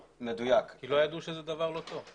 כי לא ידעו שזה דבר לא טוב.